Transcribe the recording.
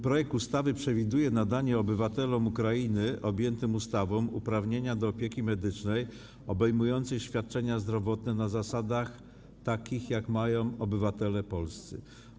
Projekt ustawy przewiduje nadanie obywatelom Ukrainy objętym ustawą uprawnienia do opieki medycznej obejmującej świadczenia zdrowotne na zasadach takich, jakie dotyczą obywateli polskich.